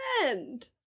friend